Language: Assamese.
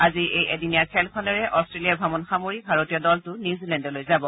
আজিৰ এই এদিনীয়া খেলখনেৰে অট্টেলিয়া অমণ সামৰি ভাৰতীয় দলটো নিউজিলেণ্ডলৈ যাব